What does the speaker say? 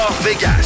Vegas